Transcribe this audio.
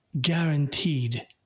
guaranteed